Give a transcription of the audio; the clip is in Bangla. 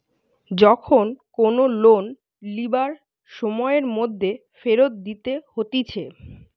যখন কোনো লোন লিবার সময়ের মধ্যে ফেরত দিতে হতিছে